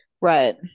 Right